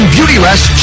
Beautyrest